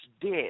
dead